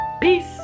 Peace